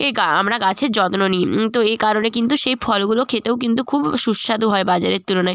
এই গাছ আমরা গাছের যত্ন নিই তো এই কারণে কিন্তু সেই ফলগুলো খেতেও কিন্তু খুব সুস্বাদু হয় বাজারের তুলনায়